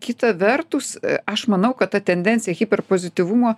kita vertus aš manau kad ta tendencija hiperpozityvumo